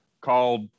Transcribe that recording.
called